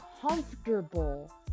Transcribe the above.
comfortable